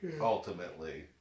ultimately